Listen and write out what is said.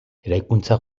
eraikuntza